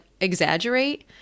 exaggerate